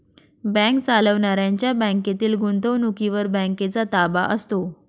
bank चालवणाऱ्यांच्या बँकेतील गुंतवणुकीवर बँकेचा ताबा असतो